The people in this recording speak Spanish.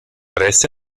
esto